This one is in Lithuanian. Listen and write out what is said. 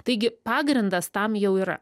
taigi pagrindas tam jau yra